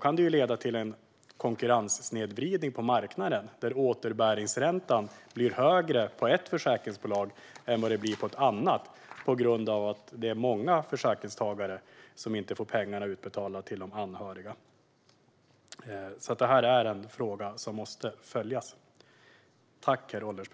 kan det leda till en konkurrenssnedvridning på marknaden där återbäringsräntan blir högre på ett försäkringsbolag än vad det blir på ett annat på grund av att det är många försäkringstagare som inte får pengarna utbetalda till de anhöriga. Det här är en fråga som måste följas upp.